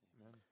Amen